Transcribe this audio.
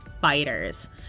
fighters